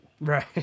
Right